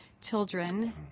children